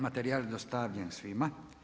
Materijal je dostavljen svima.